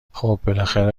خوب، بالاخره